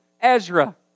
Ezra